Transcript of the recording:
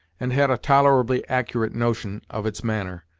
and had a tolerably accurate notion of its manner.